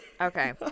Okay